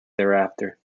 thereafter